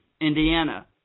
Indiana